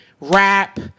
rap